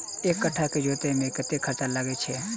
एक कट्ठा केँ जोतय मे कतेक खर्चा लागै छै?